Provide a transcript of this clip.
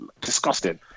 disgusting